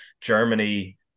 Germany